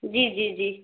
جی جی جی